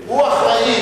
הוא אחראי,